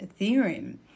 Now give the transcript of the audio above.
Ethereum